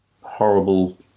horrible